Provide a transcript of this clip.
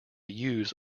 use